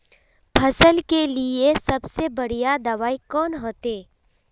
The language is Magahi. फसल के लिए सबसे बढ़िया दबाइ कौन होते?